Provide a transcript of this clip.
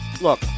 Look